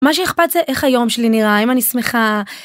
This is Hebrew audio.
מה שאיכפת זה איך היום שלי נראה אם אני שמחה